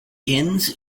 inns